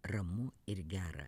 ramu ir gera